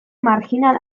marjinal